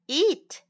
eat